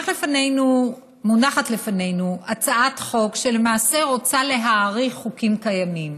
מונחת לפנינו הצעת חוק שלמעשה רוצה להאריך חוקים קיימים,